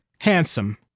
Handsome